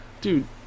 Dude